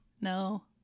No